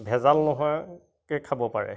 ভেজাল নহয়কে খাব পাৰে